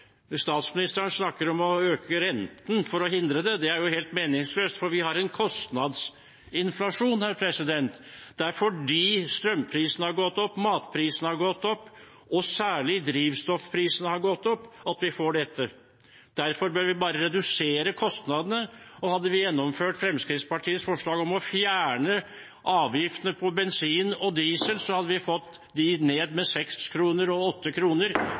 Statsministeren snakker om å øke renten for å hindre det. Det er jo helt meningsløst, for vi har en kostnadsinflasjon. Det er fordi strømprisene har gått opp, matprisene har gått opp, og særlig drivstoffprisene har gått opp at vi får dette. Derfor bør vi bare redusere kostnadene. Og hadde vi gjennomført Fremskrittspartiets forslag om å fjerne avgiftene på bensin og diesel, hadde vi fått de prisene ned med 6 kr og